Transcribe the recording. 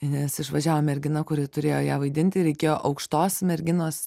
nes išvažiavo mergina kuri turėjo ją vaidinti reikėjo aukštos merginos